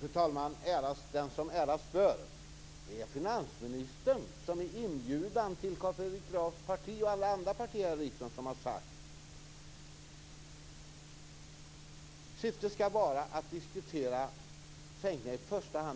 Fru talman! Äras den som äras bör. Det är finansministern som i inbjudan till Carl Fredrik Grafs parti och alla andra partier här i riksdagen har sagt att syftet i första hand skall vara att diskutera sänkningar